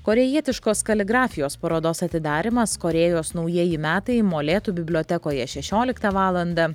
korėjietiškos kaligrafijos parodos atidarymas korėjos naujieji metai molėtų bibliotekoje šešioliktą valandą